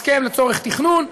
הסכם לצורך תכנון,